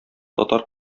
татар